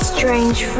Strange